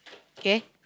okay